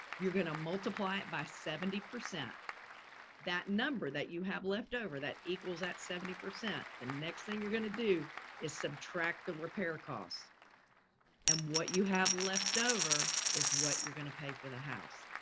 you're going to multiply it by seventy percent that number that you have left over that equals at seventy percent the next thing you're going to do is subtract the repair costs and what you have leftover is what you're going to pay for the house.